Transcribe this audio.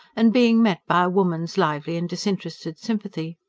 and being met by a woman's lively and disinterested sympathy.